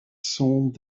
sont